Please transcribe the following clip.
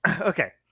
Okay